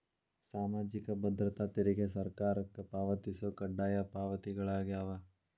ಸಾಮಾಜಿಕ ಭದ್ರತಾ ತೆರಿಗೆ ಸರ್ಕಾರಕ್ಕ ಪಾವತಿಸೊ ಕಡ್ಡಾಯ ಪಾವತಿಗಳಾಗ್ಯಾವ